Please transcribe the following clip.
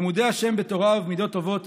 למודי השם בתורה ובמידות טובות,